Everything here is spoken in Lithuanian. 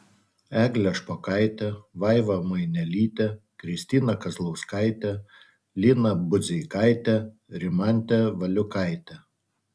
eglę špokaitę vaivą mainelytę kristiną kazlauskaitę liną budzeikaitę rimantę valiukaitę